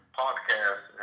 podcast